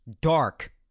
dark